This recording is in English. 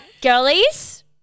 Girlies